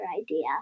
idea